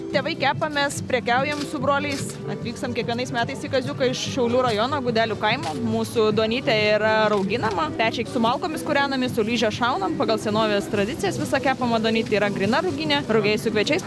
tėvai kepa mes prekiaujam su broliais atvykstam kiekvienais metais į kaziuką iš šiaulių rajono gudelių kaimo mūsų duonytė yra rauginama pečiai su malkomis kūrenami su liže šaunam pagal senovės tradicijas visa kepama duonytė yra gryna ruginė rugiai su kviečiais pamaišoma